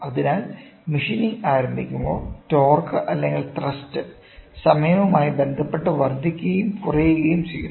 അതിനാൽ മെഷീനിംഗ് ആരംഭിക്കുമ്പോൾ ടോർക്ക് അല്ലെങ്കിൽ ത്രസ്റ്റ് സമയവുമായി ബന്ധപ്പെട്ട് വർദ്ധിക്കുകയും കുറയുകയും ചെയ്യുന്നു